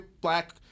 black